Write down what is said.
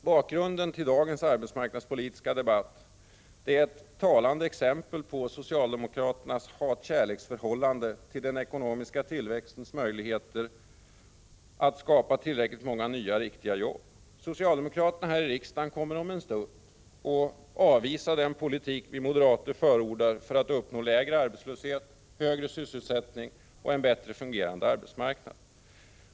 Bakgrunden till dagens arbetsmarknadspolitiska debatt är ett talande exempel på socialdemokraternas hat—kärleks-förhållande till den ekonomiska tillväxtens möjligheter att skapa tillräckligt många nya riktiga jobb. Socialdemokraterna här i riksdagen kommer om en stund att avvisa den politik vi moderater förordar för att uppnå lägre arbetslöshet, högre sysselsättning och en bättre fungerande arbetsmarknad.